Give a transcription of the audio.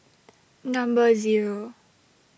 Number Zero